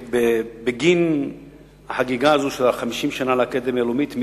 בגין החגיגה הזאת של 50 שנה לאקדמיה הלאומית,